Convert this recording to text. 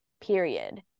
period